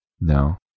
No